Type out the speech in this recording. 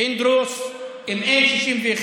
פינדרוס, אם אין 61,